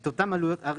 את אותן עלויות?